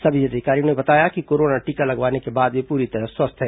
सभी अधिकारियों ने बताया कि कोरोना टीका लगवाने के बाद वे पूरी तरह स्वस्थ हैं